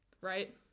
right